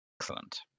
Excellent